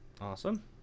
Awesome